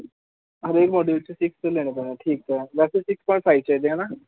ਹਰੇਕ ਮੋਡਿਊਲ 'ਚ ਸਿਕਸ ਲੈਣੇ ਪੈਣੇ ਠੀਕ ਹੈ ਵੈਸੇ ਸਿਕਸ ਪੁਆਇੰਟ ਫਾਈਵ ਚਾਹੀਦੇ ਹੈ ਨਾ